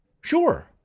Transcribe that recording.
Sure